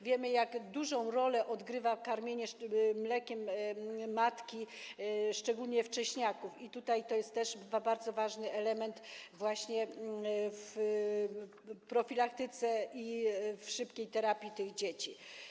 Wiemy, jak dużą rolę odgrywa karmienie mlekiem matki szczególnie wcześniaków, i to jest też bardzo ważny element w profilaktyce i szybkiej terapii tych dzieci.